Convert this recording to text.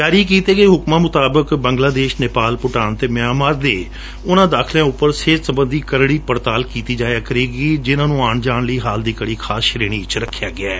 ਜਾਰੀ ਕੀਤੇ ਗਏ ਹੁਕਮਾਂ ਮੁਤਾਬਕ ਬੰਗਲਾ ਦੇਸ਼ ਨੇਪਾਲ ਭੂਟਾਨ ਅਤੇ ਮਿਆਮਾਰ ਦੇ ਉਨ੍ਹਾਂ ਦਾਖਲਿਆਂ ਉਪਰ ਸਿਹਤ ਸਬੰਧੀ ਕਰੜੀ ਪੜਤਾਲ ਕੀਤੀ ਜਾਇਆ ਕਰੇਗੀ ਜਿਨੂਾ ਨੂੰ ਆਣ ਜਾਣ ਲਈ ਹਾਲ ਦੀ ਘੜੀ ਖਾਸ ਸ੍ਹੇਣੀ ਵਿਚ ਰਖਿਆ ਗਿਐ